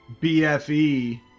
BFE